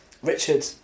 Richard